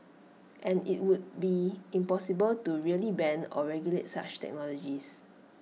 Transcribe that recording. and IT would be impossible to really ban or regulate such technologies